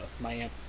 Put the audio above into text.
Miami